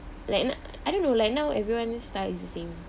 like no~ I don't know like now everyone's style is the same